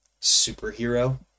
superhero